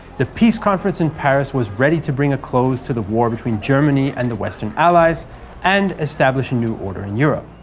the peace conference in paris was ready to bring to a close to the war between germany and the western allies and establish a new order in europe.